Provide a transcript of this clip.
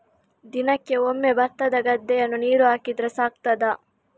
ದಿನಕ್ಕೆ ಒಮ್ಮೆ ಭತ್ತದ ಗದ್ದೆಗೆ ನೀರು ಹಾಕಿದ್ರೆ ಸಾಕಾಗ್ತದ?